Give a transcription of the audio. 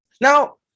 Now